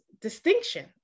distinction